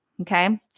Okay